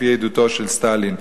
לפי עדותו של סטלין.